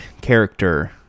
character